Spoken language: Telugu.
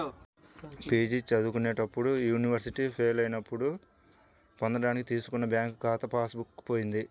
పీ.జీ చదువుకునేటప్పుడు యూనివర్సిటీ ఫెలోషిప్పులను పొందడానికి తీసుకున్న బ్యాంకు ఖాతా పాస్ బుక్ పోయింది